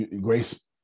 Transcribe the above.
Grace